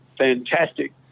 Fantastic